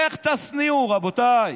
איך תשניאו, רבותיי,